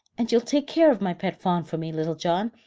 and you'll take care of my pet fawn for me, little john,